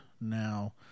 now